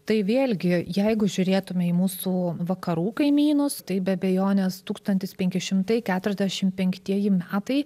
tai vėlgi jeigu žiūrėtume į mūsų vakarų kaimynus tai be abejonės tūkstantis penki šimtai keturiasdešimt penktieji metai